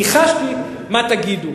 ניחשתי מה תגידו,